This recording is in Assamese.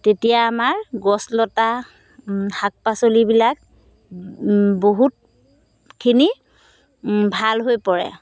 তেতিয়া আমাৰ গছলতা শাক পাচলিবিলাক বহুতখিনি ভাল হৈ পৰে